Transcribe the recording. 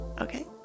Okay